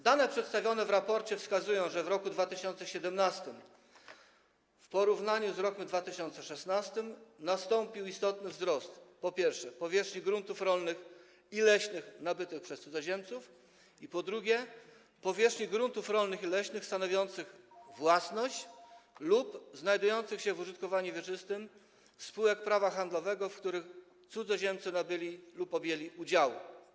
Dane przedstawione w raporcie wskazują, że w roku 2017 w porównaniu z rokiem 2016 nastąpił istotny wzrost, po pierwsze, powierzchni gruntów rolnych i leśnych nabytych przez cudzoziemców, po drugie, powierzchni gruntów rolnych i leśnych stanowiących własność lub znajdujących się w użytkowaniu wieczystym spółek prawa handlowego, w których cudzoziemcy nabyli lub objęli udziały.